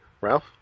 ralph